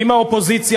אם האופוזיציה,